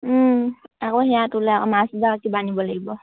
আকৌ সেয়া মাছ বা কিবা নিব লাগিব